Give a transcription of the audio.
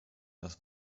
das